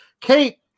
Kate